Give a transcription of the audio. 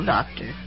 Doctor